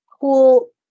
cool